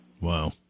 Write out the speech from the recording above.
Wow